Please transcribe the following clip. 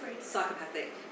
psychopathic